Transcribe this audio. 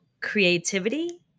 creativity